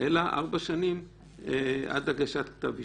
אלא 4 שנים עד הגשת כתב אישום.